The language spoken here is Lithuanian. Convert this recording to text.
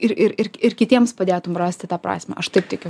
ir ir ir ir kitiems padėtum rasti tą prasmę aš taip tikiu